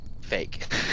Fake